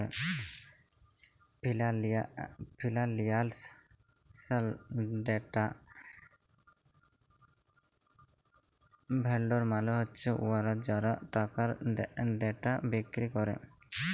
financial data vendor মালে হছে উয়ারা যারা টাকার ডেটা বিক্কিরি ক্যরে